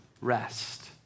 rest